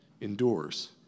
endures